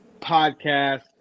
podcast